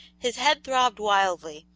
his head throbbed wildly,